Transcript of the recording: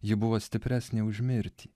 ji buvo stipresnė už mirtį